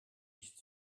nicht